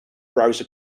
browser